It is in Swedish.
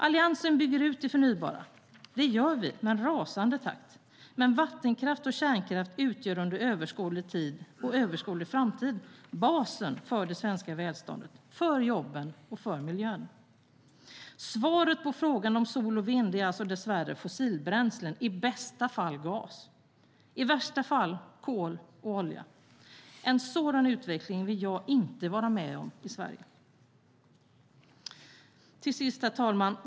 Alliansen bygger ut det förnybara - det gör vi med en rasande takt - men vattenkraft och kärnkraft utgör under överskådlig framtid basen för det svenska välståndet, för jobben och för miljön. Svaret på frågan om sol och vind är alltså dess värre fossilbränslen, och då i bästa fall gas. I värsta fall är det kol och olja. En sådan utveckling vill jag inte vara med om i Sverige. Herr talman!